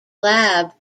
lab